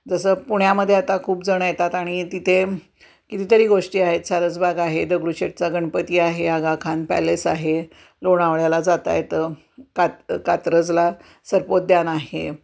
जसं पुण्यामध्ये आता खूपजणं येतात आणि तिथे कितीतरी गोष्टी आहेत सारसबाग आहे दगडूशेठचा गणपती आहे आगाखान पॅलेस आहे लोणावळ्याला जाता येतं कात कात्रजला सर्पोद्यान आहे